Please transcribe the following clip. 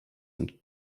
and